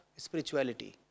Spirituality